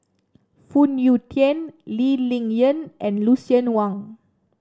Phoon Yew Tien Lee Ling Yen and Lucien Wang